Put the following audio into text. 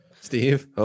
Steve